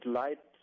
light